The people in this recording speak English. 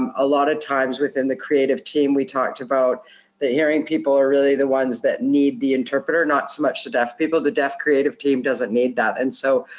um a lot of times, within the creative team, we talked about that hearing people are really the ones that need the interpreter, not so much the deaf people. the deaf creative team doesn't need that. and so,